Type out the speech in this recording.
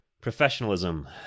Professionalism